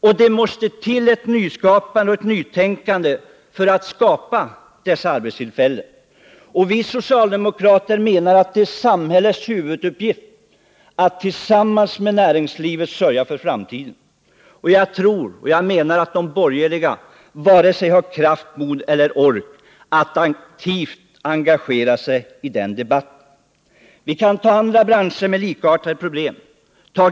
Och det måste till ett nytänkande för att skapa ytterligare arbetstillfällen. Vi socialdemokrater menar att det är samhällets huvuduppgift att tillsammans med näringslivet sörja för framtiden. Jag tror inte att de borgerliga har vare sig kraft, mod eller ork att aktivt engagera sig i den debatten. Vi kan ta andra branscher med likartade problem.